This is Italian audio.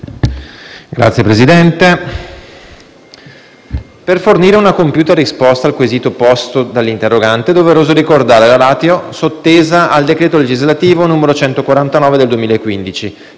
Signor Presidente, per fornire una compiuta risposta al quesito posto dall'interrogante è doveroso ricordare la *ratio* sottesa al decreto legislativo n. 149 del 2015,